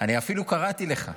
אני אפילו קראתי לך.